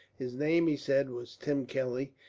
his name, he said, was tim kelly,